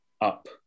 up